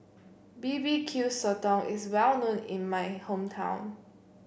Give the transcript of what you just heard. B B Q Sotong is well known in my hometown